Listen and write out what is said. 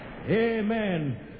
Amen